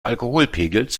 alkoholpegels